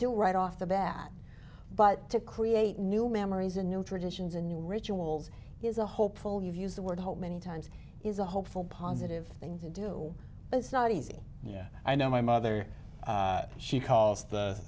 do right off the bat but to create new memories a new traditions a new rituals is a hopeful you've used the word hope many times is a hopeful positive thing to do but it's not easy yeah i know my mother she calls the